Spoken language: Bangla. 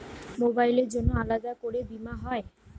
মোবাইলের জন্য আলাদা করে বীমা হয়?